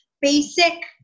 basic